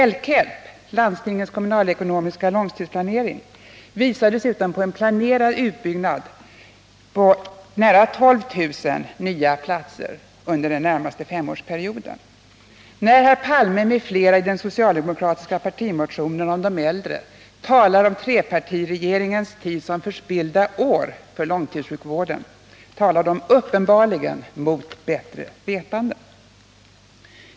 L-KELP — landstingens kommunalekonomiska långtidsplanering — visar dessutom på en planerad utbyggnad med nära 12 000 nya platser under den närmaste femårsperioden. När herr Palme m.fl. i den socialdemokratiska partimotionen om de äldre talar om trepartiregeringens tid som ”förspillda år” för långtidssjukvården, talar de uppenbarligen mot bättre vetande.